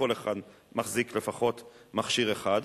כל אחד מחזיק לפחות מכשיר אחד.